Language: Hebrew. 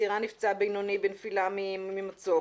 צעירה נפצעה בינוני בנפילה ממצוק.